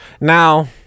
Now